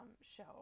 show